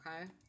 Okay